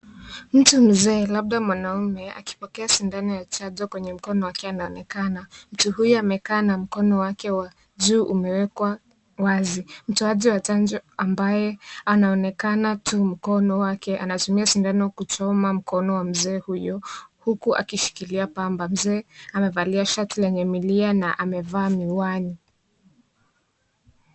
Mtu mzee, labda mwanaume, akipokea sindano ya chanjo kwenye mkono wake anaonekana. Mtu huyu amekaa na mkono wake wa juu umewekwa wazi. Mtoaji wa chanjo ambaye anaonekana tu mkono wake, anatumia sindano ya kuchoma mkono wa mzee huyo, huku akishikilia pamba. Mzee amevalia shati lenye milia na amevaa miwani.